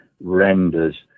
renders